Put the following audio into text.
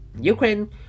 Ukraine